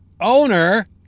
Owner